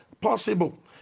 possible